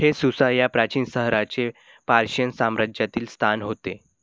हे सुसा या प्राचीन शहराचे पर्शियन साम्राज्यातील स्थान होते